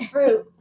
Fruit